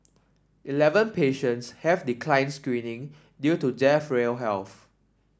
eleven patients have declined screening due to jail frail health